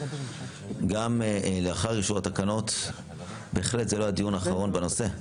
גם לאחר אישור התקנות בהחלט זה לא הדיון האחרון בנושא.